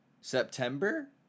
September